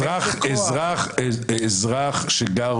אזרח שגר